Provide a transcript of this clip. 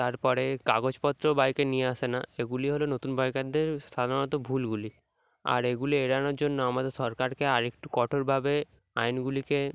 তারপরে কাগজপত্রও বাইকে নিয়ে আসে না এগুলি হলো নতুন বাইকারদের সাধারণত ভুলগুলি আর এগুলি এড়ানোর জন্য আমাদের সরকারকে আর একটু কঠোরভাবে আইনগুলিকে